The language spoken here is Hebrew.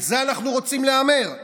על זה אנחנו רוצים להמר?